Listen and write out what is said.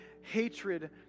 hatred